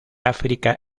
áfrica